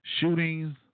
shootings